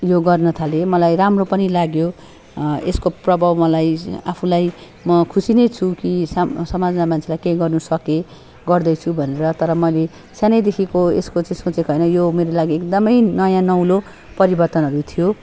यो गर्नथालेँ मलाई राम्रो पनि लाग्यो यसको प्रभाव मलाई आफूलाई म खुसी नै छु कि साम समाजमा मान्छेलाई केही गर्नुसकेँ गर्दैछु भनेर तर मैले सानैदेखिको यसको चाहिँ सोचेको होइन यो मेरो लागि एकदमै नयाँ नौलो परिवर्तनहरू थियो